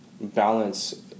balance